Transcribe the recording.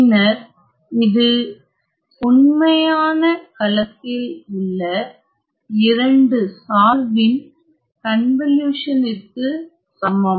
பின்னர் இது உண்மையான களத்தில் உள்ள இரண்டு சார்பின் கன்வலியுசன்ற்கு சமம்